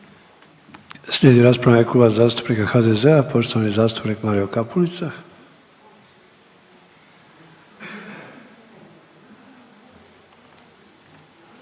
Slijedi rasprava Kluba zastupnika HDZ-a poštovani zastupnik Mario Kapulica.